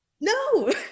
no